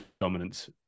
dominance